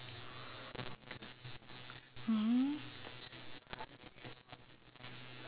eh